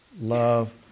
love